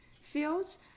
fields